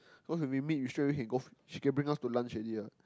because when we meet we straight away can go she can bring us to lunch already ah